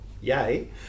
yay